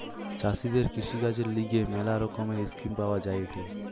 চাষীদের কৃষিকাজের লিগে ম্যালা রকমের স্কিম পাওয়া যায়েটে